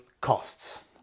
costs